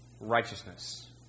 righteousness